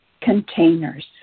containers